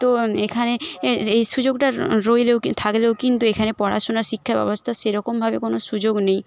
তো এখানে এ এই সুযোগটা রইলেও থাকলেও কিন্তু এখানে পড়াশুনা শিক্ষা ব্যবস্থার সেরকমভাবে কোনো সুযোগ নেই